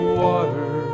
water